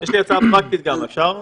יש לי הצעה פרקטית, אפשר במשפט?